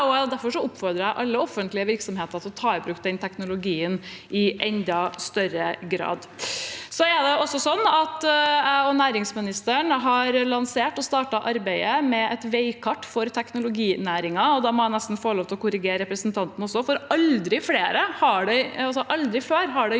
Derfor oppfordrer jeg alle offentlige virksomheter til å ta i bruk den teknologien i enda større grad. Jeg og næringsministeren har lansert og startet arbeidet med et veikart for teknologinæringen. Og da må jeg nesten få lov til å korrigere representanten, for aldri før har det jobbet